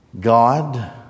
God